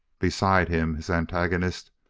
beside him, his antagonist,